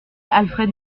alfred